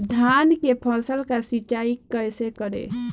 धान के फसल का सिंचाई कैसे करे?